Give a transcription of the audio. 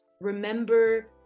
remember